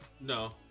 No